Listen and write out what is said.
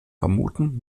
vermuten